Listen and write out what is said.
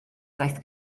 daeth